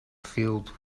filled